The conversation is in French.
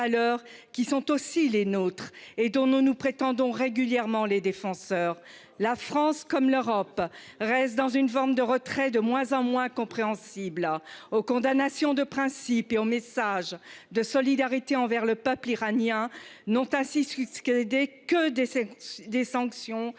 qui sont aussi les nôtres et dont nous prétendons régulièrement les défenseurs. La France comme l'Europe reste dans une forme de retrait de moins en moins compréhensible à aux condamnations de principe et au message de solidarité envers le peuple iranien n'ont ainsi ce qui ce que